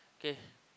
k